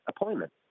appointment